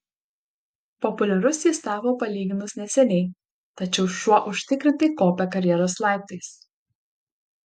populiarus jis tapo palyginus neseniai tačiau šuo užtikrintai kopia karjeros laiptais